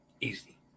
easy